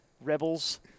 rebels